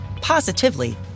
positively